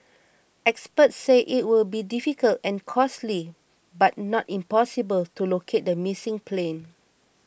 experts say it will be difficult and costly but not impossible to locate the missing plane